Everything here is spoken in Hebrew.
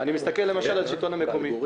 אני מסכל על השלטון המקומי.